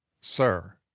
sir